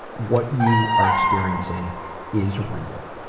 what you are experiencing is real.